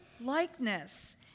likeness